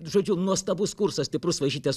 žodžiu nuostabus kursas stiprus vaišytės